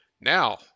Now